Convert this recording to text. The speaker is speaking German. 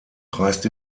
reist